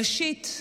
ראשית,